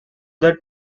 that